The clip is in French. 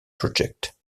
project